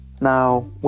Now